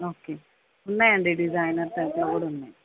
okay ఉన్నాయండి designer టైప్లో కూడా ఉన్నాయ్